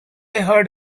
heard